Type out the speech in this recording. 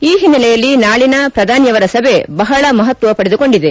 ಈ ಹಿನ್ನೆಲೆಯಲ್ಲಿ ನಾಳಿನ ಪ್ರಧಾನಿ ಸಭೆ ಬಹಳ ಮಹತ್ವ ಪಡೆದುಕೊಂಡಿದೆ